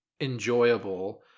enjoyable